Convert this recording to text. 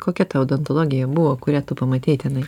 kokia ta odontologija buvo kurią tu pamatei tenai